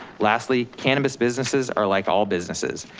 lastly, cannabis businesses are like all businesses,